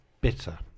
bitter